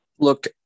Look